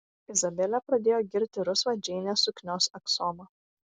izabelė pradėjo girti rusvą džeinės suknios aksomą